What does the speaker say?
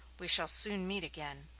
we shall soon meet again.